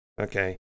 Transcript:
Okay